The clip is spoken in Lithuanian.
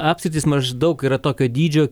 apskritys maždaug yra tokio dydžio